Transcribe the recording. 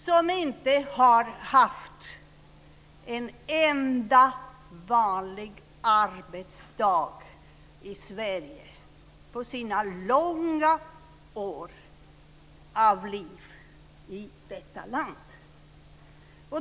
De har inte haft en enda vanlig arbetsdag i Sverige under sina långa år av liv i detta land.